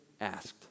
asked